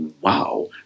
wow